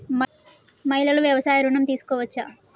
మహిళలు వ్యవసాయ ఋణం తీసుకోవచ్చా?